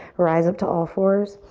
rise up to all fours.